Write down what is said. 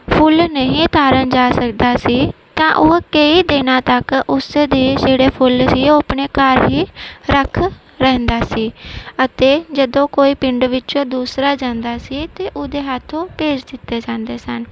ਫੁੱਲ ਨਹੀਂ ਤਾਰਨ ਜਾ ਸਕਦਾ ਸੀ ਤਾਂ ਉਹ ਕਈ ਦਿਨਾਂ ਤੱਕ ਉਸ ਦੇ ਜਿਹੜੇ ਫੁੱਲ ਸੀ ਉਹ ਆਪਣੇ ਘਰ ਹੀ ਰੱਖ ਰਹਿੰਦਾ ਸੀ ਅਤੇ ਜਦੋਂ ਕੋਈ ਪਿੰਡ ਵਿੱਚੋਂ ਦੂਸਰਾ ਜਾਂਦਾ ਸੀ ਅਤੇ ਉਹਦੇ ਹੱਥ ਉਹ ਭੇਜ ਦਿੱਤੇ ਜਾਂਦੇ ਸਨ